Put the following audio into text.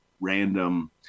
random